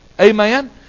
Amen